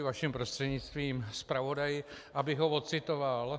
Vaším prostřednictvím, zpravodaj, abych ho ocitoval...